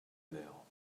mère